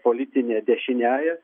politine dešiniąja